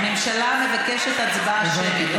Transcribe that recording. הממשלה מבקשת הצבעה שמית.